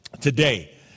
today